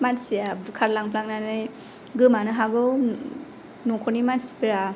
मानसिआ बुखारलांफ्लांनानै गोमानो हागौ नखरनि मानसिफ्रा